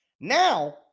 Now